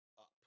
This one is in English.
up